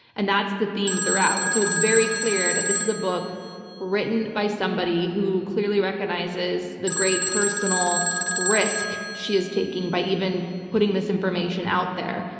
and that's the theme throughout. so it's very clear and this is a book written by somebody who clearly recognizes the great personal risk she is taking by even putting this information out there.